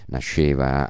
Nasceva